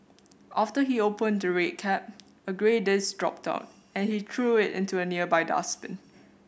after he opened the red cap a grey disc dropped out and he threw it into a nearby dustbin